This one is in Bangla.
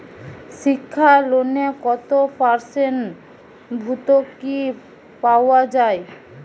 শিক্ষা লোনে কত পার্সেন্ট ভূর্তুকি পাওয়া য়ায়?